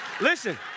Listen